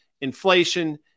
inflation